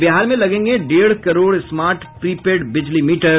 और बिहार में लगेंगे डेढ़ करोड़ स्मार्ट प्री पेड बिजली मीटर